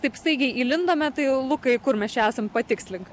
taip staigiai įlindome tai lukai kur mes čia esam patikslink